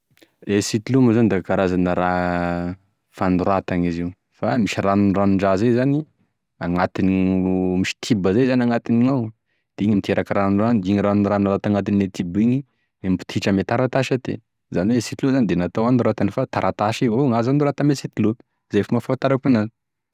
E sitilo moa zany da karazan'e raha fanoratana izy io, fa misy ranoranon-draha zay zany agnatin'io misy tiby zay gn'agnatiny gnao de igny miteraky ranorano de igny ranorano tagnatigne tiba igny e mipotritry ame taratasy aty, izany hoe e sitilo zany de natao hanorata fa e taratasy evao gnazo hanorata aminazy ,izay e fomba fahafantarako enazy.